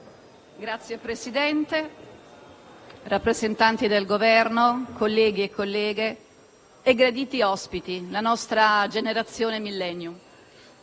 Signor Presidente, rappresentanti del Governo, colleghi e colleghe, graditi ospiti (la nostra generazione *Millennials*),